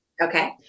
Okay